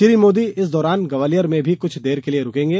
श्री मोदी इस दौरान ग्वालियर में भी कुछ देर के लिए रूकेंगे